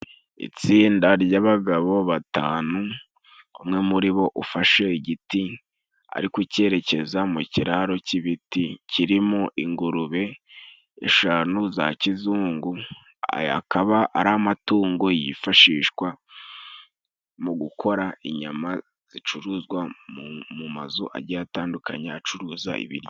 Itsinda ry'abagabo batanu, umwe muri bo ufashe igiti ari kucyerekeza mu kiraro cy'ibiti kirimo ingurube eshanu za kizungu. Aya akaba ari amatungo yifashishwa mu gukora inyama zicuruzwa mu mazu agiye atandukanye acuruza ibiryo.